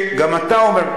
גם אתה אומר.